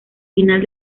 final